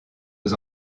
aux